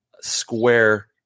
square